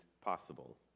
possible